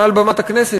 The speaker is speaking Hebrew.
מעל במת הכנסת,